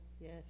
Yes